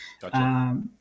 Gotcha